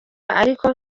ariko